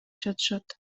жатышат